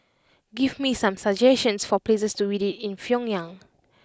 give me some suggestions for places to visit in Pyongyang